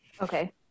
Okay